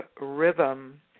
rhythm